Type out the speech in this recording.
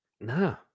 No